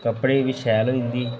कपड़ें गी बी शैल होई जंदी